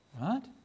Right